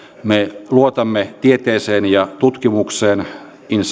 me luotamme tieteeseen ja tutkimukseen in